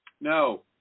No